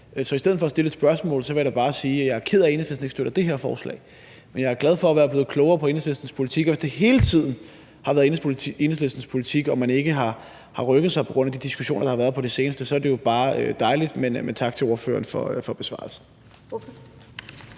Så i stedet for at stille et spørgsmål vil jeg da bare sige, at jeg er ked af, at Enhedslisten ikke støtter det her forslag, men jeg er glad for at være blevet klogere på Enhedslistens politik, og hvis det hele tiden har været Enhedslistens politik og man ikke har rykket sig på grund af de diskussioner, der har været på det seneste, er det jo bare dejligt. Men tak til ordføreren for besvarelsen.